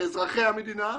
כאזרחי המדינה,